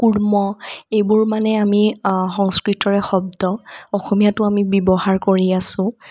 কুৰ্ম এইবোৰ মানে আমি সংস্কৃতৰে শব্দ অসমীয়াতো আমি ব্যৱহাৰ কৰি আছো